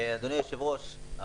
אדוני היושב-ראש,